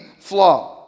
flaw